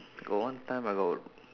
got one time I got